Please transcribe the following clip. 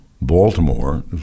Baltimore